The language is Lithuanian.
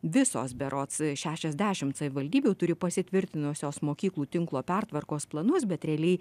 visos berods šešiasdešimt savivaldybių turi pasitvirtinusios mokyklų tinklo pertvarkos planus bet realiai